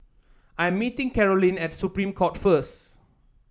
I am meeting Karolyn at Supreme Court first